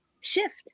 shift